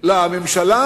לממשלה